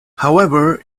however